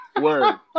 Word